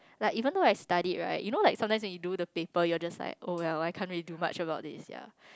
like even though I studied right you know like sometimes when you do the paper you're just like oh well I can't really do much about it sia